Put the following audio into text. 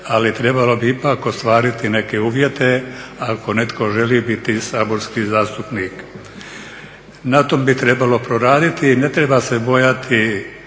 ali trebalo bi ipak ostvariti neke uvjete ako netko želi biti saborski zastupnik. Na tom bi trebalo proraditi i ne treba se bojati